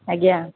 ଆଜ୍ଞା